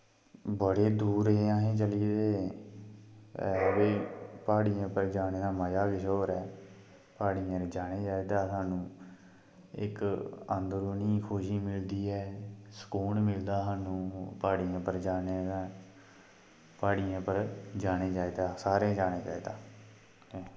बड़े दूर हे अस चली गेदे प्हाड़ियें पर जाने दा मज़ा बी किश होर ऐ प्हाड़ियें पर जाना चाहिदा सानूं इक अन्दरूनी खुशी मिलदी ऐ सकून मिलदा ऐ सानूं प्हाड़ियें पर जाने दा प्हाड़ियें पर जाना चाहिदा सारें ई जाना चाहिदा